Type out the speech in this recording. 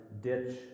ditch